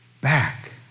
back